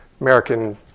American